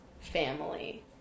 family